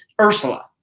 Ursula